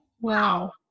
Wow